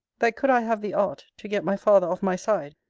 that could i have the art to get my father of my side,